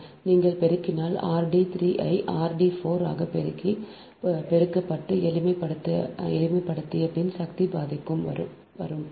நீங்கள் பெருக்கினால் r d 3 ஐ r d 4 ஆகப் பெருகி பெருக்கப்பட்டு எளிமைப்படுத்திய பின் சக்தி பாதிக்கு வரும்